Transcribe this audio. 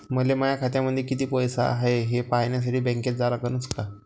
मले माया खात्यामंदी कितीक पैसा हाय थे पायन्यासाठी बँकेत जा लागनच का?